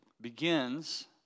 begins